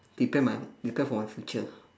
prepare my prepare for my future